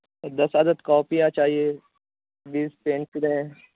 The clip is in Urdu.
دس عدد کاپیاں چاہیے بیس پینسلیں